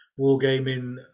wargaming